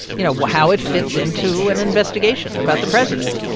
you know, how it fits into an investigation about the president.